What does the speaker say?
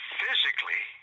physically